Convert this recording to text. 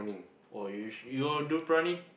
oh you should you will do prawning